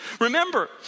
Remember